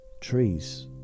trees